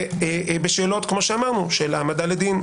ובשאלות כאמור של העמדה שלדין,